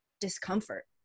discomfort